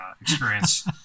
experience